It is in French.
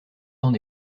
temps